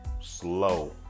slow